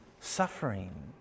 suffering